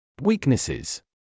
Weaknesses